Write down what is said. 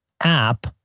app